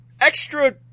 extra